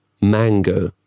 mango